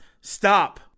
stop